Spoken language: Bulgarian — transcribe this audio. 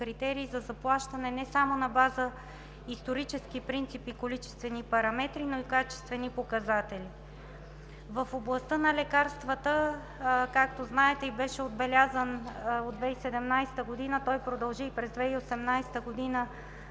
критерии за заплащане не само на база исторически принцип и количествени параметри, но и качествени показатели. В областта на лекарствата през 2017 г. беше отбелязан, продължи и през 2018 г.